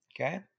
okay